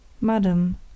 Madam